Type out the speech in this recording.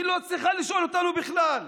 היא לא צריכה לשאול אותנו בכלל.